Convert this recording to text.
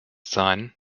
sein